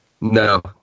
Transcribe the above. No